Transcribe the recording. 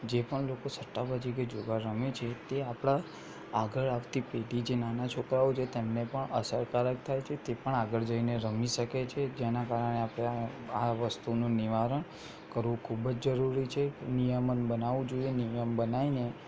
જે પણ લોકો સટ્ટાબાજી કે જુગાર રમે છે તે આપણા આગળ આવતી પેઢી જે નાનાં છોકરાઓ છે તેમને પણ અસરકારક થાય છે તે પણ આગળ જઇને રમી શકે છે જેના કારણે આપણે આ આ વસ્તુનું નિવારણ કરવું ખૂબ જ જરૂરી છે નિયમન બનાવવું જોઇએ નિયમ બનાવીને